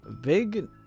big